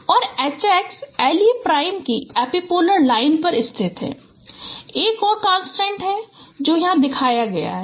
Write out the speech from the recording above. और H x L e prime की epipolar line पर स्थित है एक और कंस्ट्रेंट्स है जो यहाँ दिखाया गया है